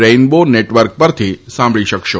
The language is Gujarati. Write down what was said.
રેઇનબો નેટવર્ક પરથી સાંભળી શકશો